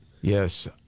Yes